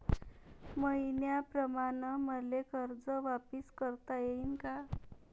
मईन्याप्रमाणं मले कर्ज वापिस करता येईन का?